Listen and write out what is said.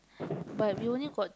but we only got